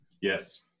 Yes